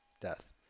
death